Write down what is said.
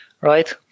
Right